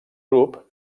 grup